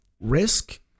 risk